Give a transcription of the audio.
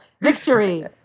Victory